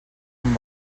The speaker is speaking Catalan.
amb